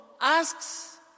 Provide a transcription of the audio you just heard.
asks